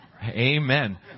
Amen